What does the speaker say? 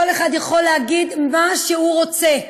כל אחד יכול להגיד מה שהוא רוצה,